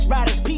Riders